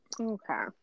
Okay